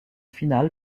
finale